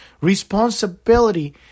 Responsibility